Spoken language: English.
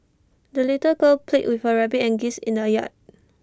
the little girl played with her rabbit and geese in the yard